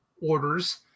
orders